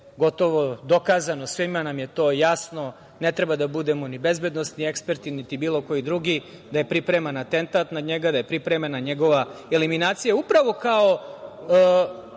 gotovo dokazano, svima nam je to jasno, ne treba da budemo ni bezbednosni eksperti niti bilo koji drugi, da je pripreman atentat na njega, da je pripremana njegova eliminacija, upravo kao